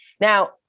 Now